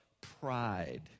pride